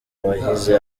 wahize